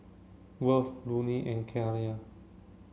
Worth Lonnie and Kiara